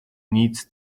needs